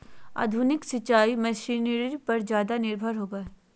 आधुनिक सिंचाई मशीनरी पर ज्यादा निर्भर होबो हइ